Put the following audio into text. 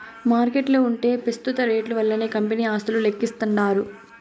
మార్కెట్ల ఉంటే పెస్తుత రేట్లు వల్లనే కంపెనీ ఆస్తులు లెక్కిస్తాండారు